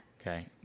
Okay